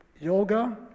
yoga